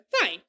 fine